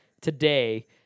today